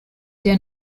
der